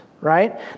right